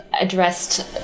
addressed